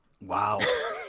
Wow